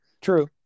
true